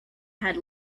had